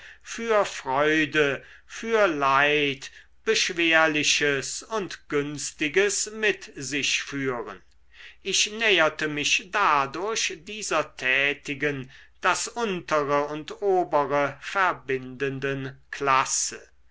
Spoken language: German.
für freude für leid beschwerliches und günstiges mit sich führen ich näherte mich dadurch dieser tätigen das untere und obere verbindenden klasse